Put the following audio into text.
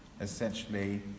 essentially